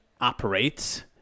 operates